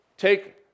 Take